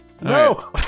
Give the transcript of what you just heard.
No